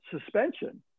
suspension